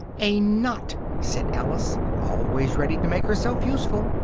a knot! said alice, always ready to make herself useful,